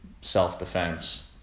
self-defense